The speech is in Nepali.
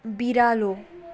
बिरालो